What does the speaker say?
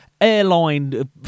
airline